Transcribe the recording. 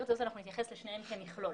נתייחס לשניהם כמכלול.